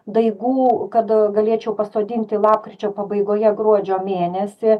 daigų kad galėčiau pasodinti lapkričio pabaigoje gruodžio mėnesį